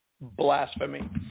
blasphemy